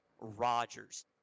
Rodgers